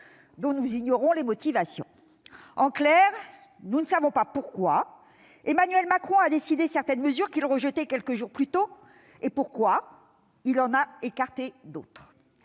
dont nous ignorons les motivations. En clair, nous ne savons pas pourquoi Emmanuel Macron a décidé certaines mesures qu'il rejetait quelques jours plus tôt, et pourquoi il en a écarté d'autres.